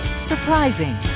surprising